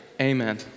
Amen